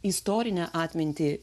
istorinę atmintį